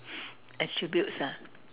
attributes ah